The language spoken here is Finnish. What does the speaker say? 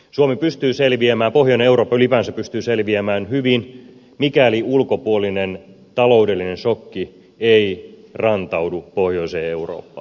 suomi pystyy selviämään pohjoinen eurooppa ylipäänsä pystyy selviämään hyvin mikäli ulkopuolinen taloudellinen sokki ei rantaudu pohjoiseen eurooppaan